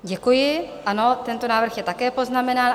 Děkuji, ano, tento návrh je také poznamenán.